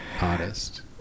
artist